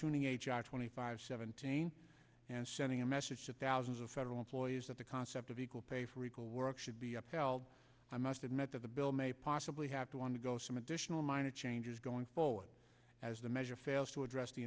tuning age twenty five seventeen and sending a message to thousands of federal employees that the concept of equal pay for equal work should be upheld i must admit that the bill may possibly have to undergo some additional minor changes going forward as the measure fails to address the